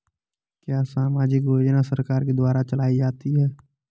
क्या सामाजिक योजना सरकार के द्वारा चलाई जाती है?